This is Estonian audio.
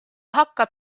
hakkab